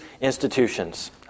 institutions